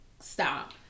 Stop